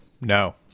No